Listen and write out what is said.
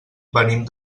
venim